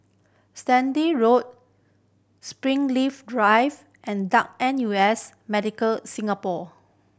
Sturdee Road Springleaf Drive and Duke N U S Medical Singapore